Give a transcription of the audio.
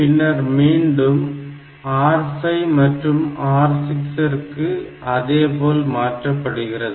பின்னர் மீண்டும் R5 மற்றும் R6 இற்கு அதேபோல மாற்றப்படுகிறது